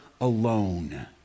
alone